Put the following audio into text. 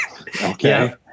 Okay